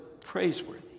praiseworthy